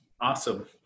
Awesome